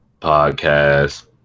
Podcast